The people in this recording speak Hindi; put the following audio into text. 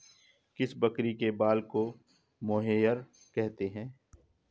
किस बकरी के बाल को मोहेयर कहते हैं?